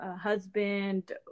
husband